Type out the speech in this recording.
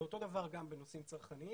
ואותו דבר גם בנושאים צרכניים,